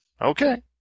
Okay